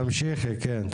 תמשיכי, כן.